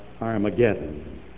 Armageddon